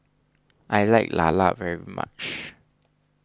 I like Lala very much